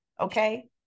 okay